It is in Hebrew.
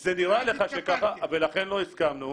זה נראה לך שככה, ולכן לא הסכמנו.